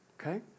Okay